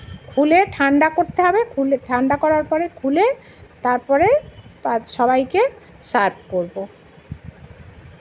খুলে ঠান্ডা করতে হবে খুলে ঠান্ডা করার পরে খুলে তারপরে তা সবাইকে সার্ভ করবো